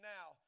Now